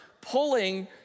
pulling